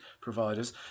providers